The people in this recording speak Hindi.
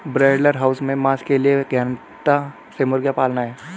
ब्रॉयलर हाउस में मांस के लिए गहनता से मुर्गियां पालना है